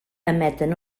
emeten